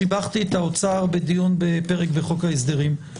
שיבחתי את האוצר בדיון בפרק בחוק ההסדרים.